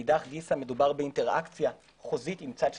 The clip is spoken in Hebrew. מאידך גיסא, מדובר באינטראקציה חוזית עם צד שלישי.